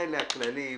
אלה הכללים.